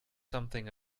something